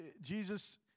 Jesus